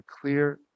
clear